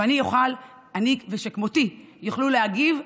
ואני ושכמותי נוכל להגיב ולדבר.